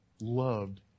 loved